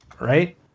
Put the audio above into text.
right